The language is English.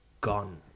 gone